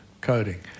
coding